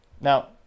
Now